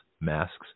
masks